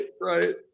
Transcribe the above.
right